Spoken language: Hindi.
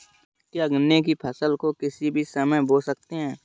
क्या गन्ने की फसल को किसी भी समय बो सकते हैं?